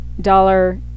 dollar